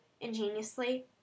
ingeniously